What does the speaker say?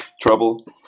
trouble